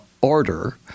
order